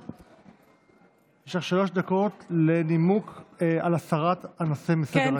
יש לך שלוש דקות לנימוק הסרת הנושא מסדר-היום.